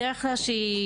בדרך כלל,